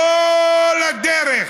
כל הדרך.